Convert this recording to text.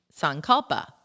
sankalpa